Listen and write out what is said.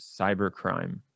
cybercrime